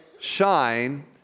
shine